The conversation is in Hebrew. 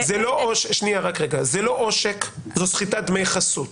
זאת סחיטת דמי חסות